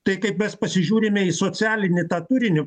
tai kaip mes pasižiūrime į socialinį tą turinį